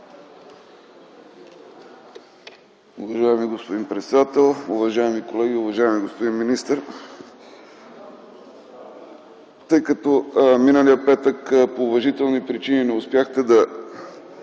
Уважаеми господин председател, уважаеми колеги, уважаеми господин министър! Миналия петък по уважителни причини не успяхте да